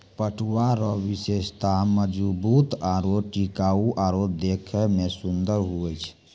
पटुआ रो विशेषता मजबूत आरू टिकाउ आरु देखै मे सुन्दर होय छै